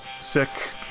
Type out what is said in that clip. Sick